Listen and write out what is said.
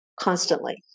constantly